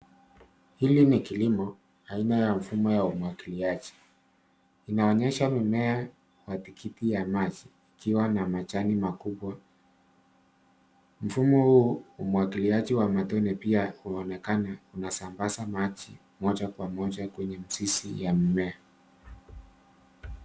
Hili ni kilimo aina ya mfumo ya umwagiliaji. Inaonyesha mimea wa tikitiki ya maji ikiwa na majani makubwa. Mfumo huu wa umwagiliaji wa matone pia unaoonekana unasambaza maji moja kwa moja kwenye mizizi ya mmea.